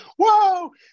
whoa